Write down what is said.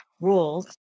rules